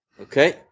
Okay